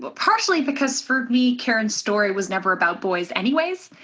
but partially because for me, karen's story was never about boys anyways.